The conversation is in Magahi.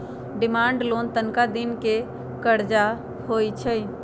डिमांड लोन तनका दिन के करजा होइ छइ